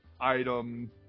item